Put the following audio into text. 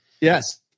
Yes